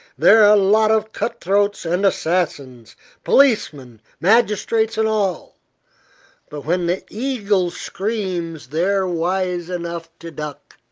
they're a lot of cutthroats and assassins policemen, magistrates and all but when the eagle screams they're wise enough to duck.